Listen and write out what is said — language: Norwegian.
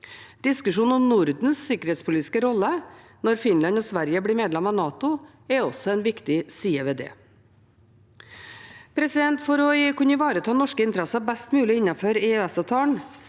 Diskusjonen om Nordens sikkerhetspolitiske rolle når Finland og Sverige blir medlemmer av NATO, er også en viktig side ved det. For å kunne ivareta norske interesser best mulig innenfor EØS-avtalen